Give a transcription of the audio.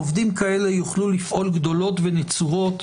עובדים כאלה יוכלו לפעול גדולות ונצורות.